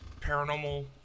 paranormal